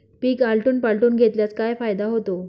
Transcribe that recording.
पीक आलटून पालटून घेतल्यास काय फायदा होतो?